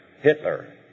Hitler